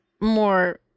more